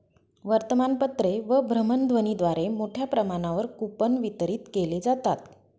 वर्तमानपत्रे व भ्रमणध्वनीद्वारे मोठ्या प्रमाणावर कूपन वितरित केले जातात